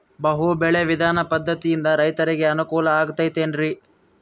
ಬಹು ಬೆಳೆ ವಿಧಾನ ಪದ್ಧತಿಯಿಂದ ರೈತರಿಗೆ ಅನುಕೂಲ ಆಗತೈತೇನ್ರಿ?